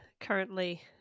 currently